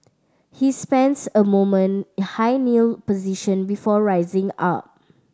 he spends a moment in high kneel position before rising up